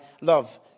love